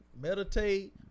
Meditate